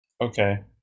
okay